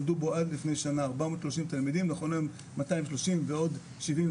למדו בו עד לפני שנה 430 תלמידים ונכון להיום 230 ועוד 70,